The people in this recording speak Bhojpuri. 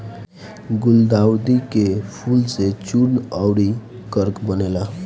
गुलदाउदी के फूल से चूर्ण अउरी अर्क बनेला